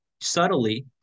subtly